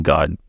God